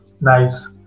nice